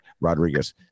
Rodriguez